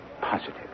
Positive